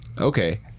Okay